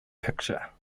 picture